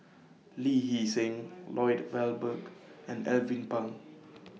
Lee Hee Seng Lloyd Valberg and Alvin Pang